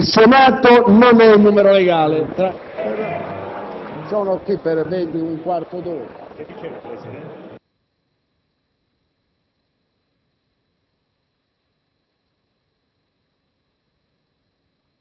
il Senato non è in numero legale